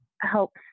helps